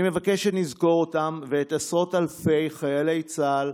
אני מבקש שנזכור אותם ואת עשרות אלפי חיילי צה"ל,